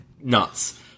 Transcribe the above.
nuts